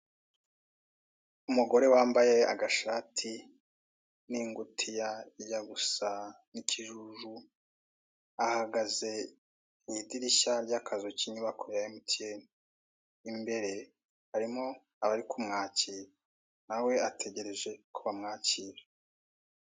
Umugore wambaye agashati n'ingutiya ijya gusa n'ikijuju, ahagaze mu idirishya ry'akazu k'inyubako ya emutiyene. Imbere harimo abari kumwakira. Na we ategereje ko bamwakira.